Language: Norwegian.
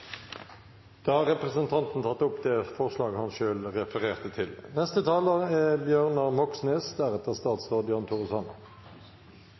tatt opp det forslaget han refererte til.